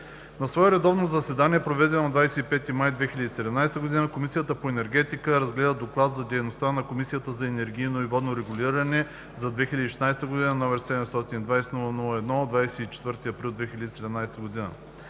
На свое редовно заседание, проведено на 25 май 2017 г., Комисията по енергетика разгледа Доклад за дейността на Комисията за енергийно и водно регулиране за 2016 година, № 720 00-1 от 24 април 2017 г.